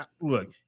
Look